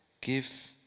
give